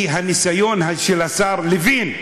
כי הניסיון של השר לוין,